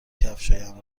کفشهایم